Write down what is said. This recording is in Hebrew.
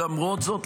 למרות זאת,